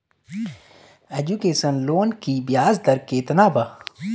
Education loan की ब्याज दर केतना बा?